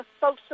social